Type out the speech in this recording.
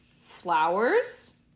flowers